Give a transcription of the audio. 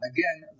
Again